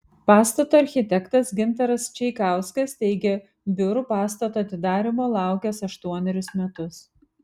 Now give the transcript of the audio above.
pastato architektas gintaras čeikauskas teigė biurų pastato atidarymo laukęs aštuonerius metus